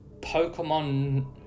pokemon